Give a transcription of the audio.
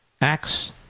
acts